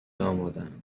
آمادهاند